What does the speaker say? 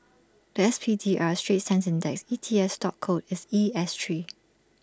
The S P D R straits times index E T F stock code is E S Three